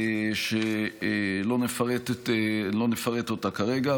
שלא נפרט אותה כרגע,